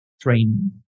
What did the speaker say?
training